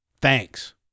Thanks